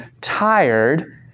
tired